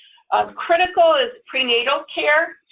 um critical is prenatal care.